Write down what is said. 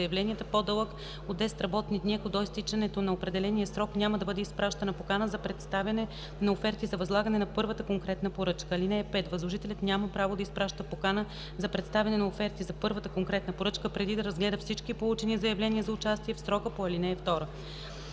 заявления, по-дълъг от 10 работни дни, ако до изтичането на определения срок няма да бъде изпращана покана за представяне на оферти за възлагане на първата конкретна поръчка. (5) Възложителят няма право да изпраща покана за представяне на оферти за първата конкретна поръчка преди да разгледа всички получени заявления за участие в срока по ал. 2.”